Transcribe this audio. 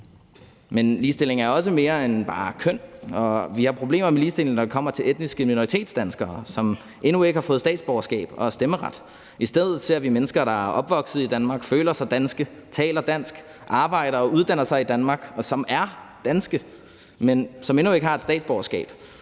Men ligestilling er også mere end bare køn, og vi har problemer med ligestillingen, når det kommer til etniske minoritetsdanskere, som endnu ikke har fået statsborgerskab og stemmeret. I stedet ser vi mennesker, der er opvokset i Danmark, føler sig danske, taler dansk, arbejder og uddanner sig i Danmark, og som er danske, men som endnu ikke har et statsborgerskab